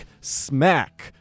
smack